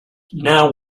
now